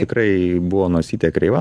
tikrai buvo nosytė kreiva